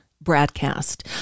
broadcast